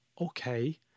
okay